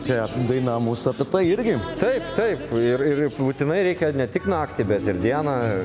čia daina mūsų apie tai irgi taip taip ir ir būtinai reikia ne tik naktį bet ir dieną